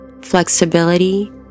flexibility